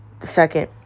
second